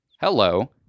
Hello